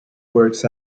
works